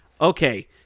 Okay